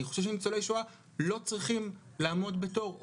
אני חושב שניצולי שואה לא צריכים לעמוד בתור.